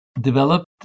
developed